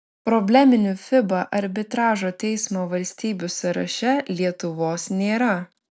probleminių fiba arbitražo teismo valstybių sąraše lietuvos nėra